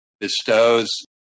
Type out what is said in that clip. bestows